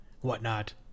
whatnot